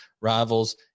rivals